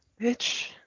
Bitch